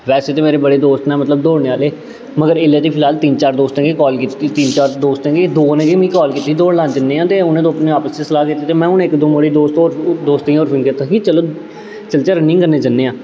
वैसे ते मेरे बड़े दोस्त न मतलब दौड़ने आह्ले मगर इल्लै ते फिलहाल तिन्न चार दोस्तें गै काल कीती तिन्न चार दोस्तें केह् दो ने गै मी काल कीती दौड़ लान जन्ने आं ते उ'नें ते अपने आपस च सलाह् कीती ते में हून इक दो मुड़ें गी दोस्त होर दोस्तें गी फोन कीता कि चलो चलचै रन्निंग करने गी जन्ने आं